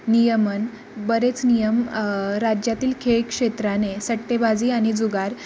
नियमन बरेच नियम राज्यातील खेळक्षेत्राने सट्टेबाजी आणि जुगार